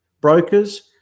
Brokers